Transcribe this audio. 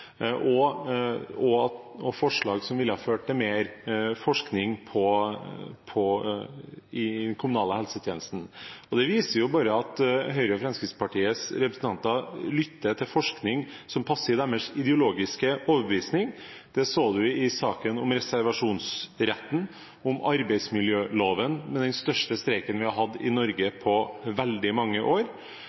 og forslag som ville ha ført til mer forskning i den kommunale helsetjenesten. Det viser bare at Høyre og Fremskrittspartiets representanter lytter til forskning som passer deres ideologiske overbevisning. Det så vi i saken om reservasjonsretten, og i saken om arbeidsmiljøloven, med den største streiken vi har hatt i Norge på veldig mange år.